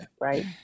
right